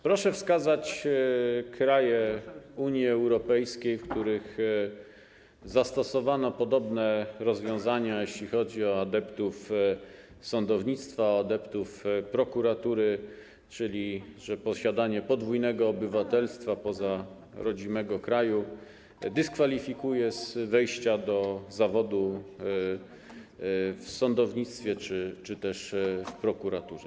Proszę wskazać kraje Unii Europejskiej, w których zastosowano podobne rozwiązania, jeśli chodzi o adeptów sądownictwa, o adeptów prokuratury, czyli że posiadanie podwójnego obywatelstwa - poza obywatelstwem rodzimego kraju - dyskwalifikuje z wejścia do zawodu w sądownictwie czy też w prokuraturze.